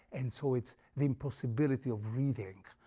and so it's the impossibility of reading,